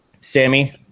Sammy